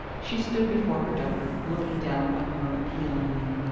she stood before her daughter, looking down on her appealingly.